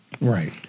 Right